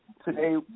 Today